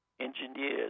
Engineers